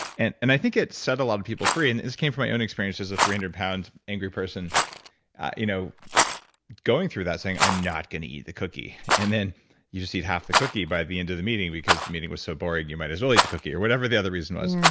and and i think it set a lot of people free, and this came from my own experience as a three hundred pound angry person you know going through that saying, i'm not gonna eat the cookie. and then you just eat half the cookie by the end of the meeting because the meeting was so boring you might as well eat the cookie or whatever the other reason was.